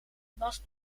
was